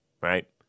right